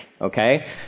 Okay